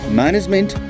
management